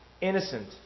innocent